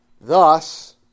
Thus